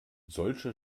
solche